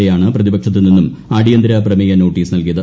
A യാണ് പ്രതിപക്ഷത്തുനിന്നും അടിയന്തര പ്രമേയ നോട്ടീസ് നൽകിയത്